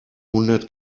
hundert